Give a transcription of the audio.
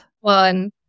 One